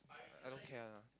I don't care one lah